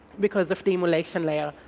because of the emulation layer,